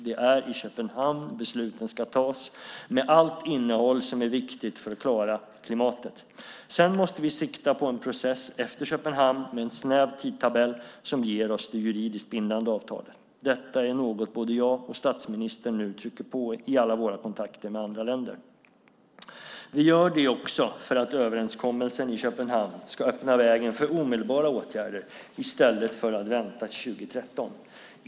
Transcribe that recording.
Det är i Köpenhamn besluten ska tas, med allt innehåll som är viktigt för att klara klimatet. Sedan måste vi sikta på en process efter Köpenhamn med en snäv tidtabell som ger oss det juridiskt bindande avtalet. Detta är något både jag och statsministern nu trycker på i alla våra kontakter med andra länder. Vi gör det också för att överenskommelsen i Köpenhamn ska öppna vägen för omedelbara åtgärder, i stället för att vänta till 2013.